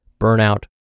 burnout